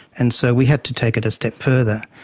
and so we had to take it a step further.